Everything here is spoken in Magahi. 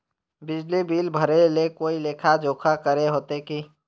बिजली बिल भरे ले कोई लेखा जोखा करे होते की?